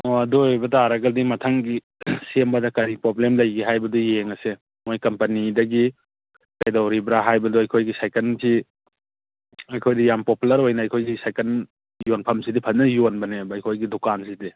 ꯑꯣ ꯑꯗꯨ ꯑꯣꯏꯕ ꯇꯥꯔꯒꯗꯤ ꯃꯊꯪꯒꯤ ꯁꯦꯝꯕꯗ ꯀꯔꯤ ꯄꯣꯕ꯭ꯂꯦꯝ ꯂꯩꯒꯦ ꯍꯥꯏꯕꯗꯨ ꯌꯦꯡꯉꯁꯦ ꯃꯣꯏ ꯀꯝꯄꯅꯤꯗꯒꯤ ꯀꯩꯗꯧꯔꯤꯕ꯭ꯔꯥ ꯍꯥꯏꯕꯗꯨ ꯑꯩꯈꯣꯏꯒꯤ ꯁꯥꯏꯀꯜꯁꯤ ꯑꯩꯈꯣꯏꯗꯤ ꯌꯥꯝ ꯄꯣꯄꯨꯂꯔ ꯑꯣꯏꯅ ꯑꯩꯈꯣꯏꯁꯤ ꯁꯥꯏꯀꯟ ꯌꯣꯟꯐꯝꯁꯤꯗꯤ ꯐꯖꯅ ꯌꯣꯟꯕꯅꯦꯕ ꯑꯩꯈꯣꯏꯒꯤ ꯗꯨꯀꯥꯟꯁꯤꯗꯤ